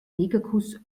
negerkuss